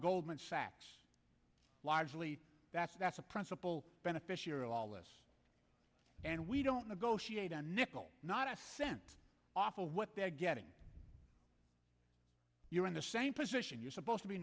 goldman sachs largely that's that's a principle beneficiary of all this and we don't negotiate a nickel not a cent awful what they're getting you're in the same position you're supposed to be